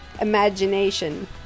imagination